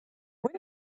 when